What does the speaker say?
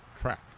track